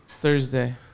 thursday